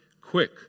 quick